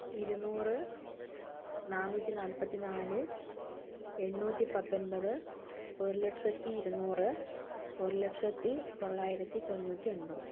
ഇരുന്നൂറ് നാന്നൂറ്റി നാൽപ്പത്തിനാല് എണ്ണൂറ്റിപ്പത്തൊൻപത് ഒരുലക്ഷത്തി ഇരുന്നൂറ് ഒരുലക്ഷത്തി തൊള്ളായിരത്തിത്തൊണ്ണൂറ്റിഒൻപത്